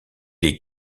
est